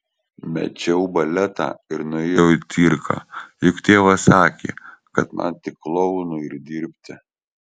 mečiau baletą ir nuėjau į cirką juk tėvas sakė kad man tik klounu ir dirbti